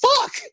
fuck